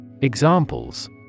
Examples